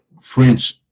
French